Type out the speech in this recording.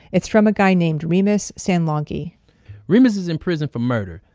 it's from a guy named remus sam langi remus is in prison for murder.